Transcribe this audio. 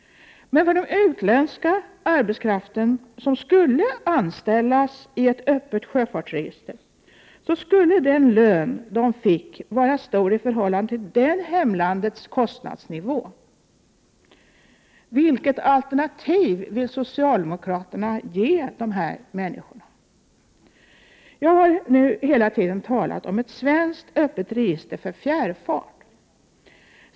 Men för den utländska arbetskraft som skulle anställas om ett öppet sjöfartsregister infördes, skulle den lön den får vara stor i förhållande till kostnadsnivån i dessa personers hemland. Vilket alternativ vill socialdemokraterna ge dessa människor? Jag har nu hela tiden talat om ett svenskt öppet register för fjärrfart.